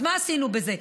אז מה עשינו בזה?